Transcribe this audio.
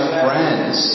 friends